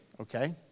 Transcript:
okay